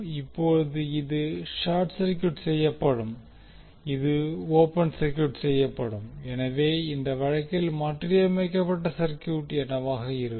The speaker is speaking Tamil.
இப்போது இது ஷார்ட் சர்க்யூட் செய்யப்படும் இது ஓபன் சர்க்யூட் செய்யப்படும் எனவே அந்த வழக்கில் மாற்றியமைக்கப்பட்ட சர்க்யூட் என்னவாக இருக்கும்